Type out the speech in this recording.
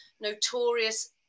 notorious